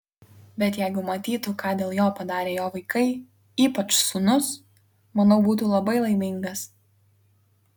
bet jeigu matytų ką dėl jo padarė jo vaikai ypač sūnus manau būtų labai laimingas